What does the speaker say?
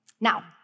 Now